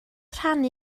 rhannu